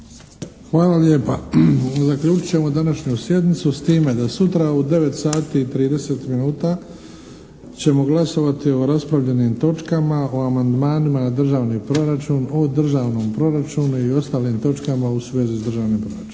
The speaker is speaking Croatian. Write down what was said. Hvala lijepa. Zaključit ćemo današnju sjednicu s time da sutra u 9 sati i 30 minuta ćemo glasovati o raspravljenim točkama, o amandmanima na državni proračun, o državnom proračunu i ostalim točkama u svezi s državnim proračunom.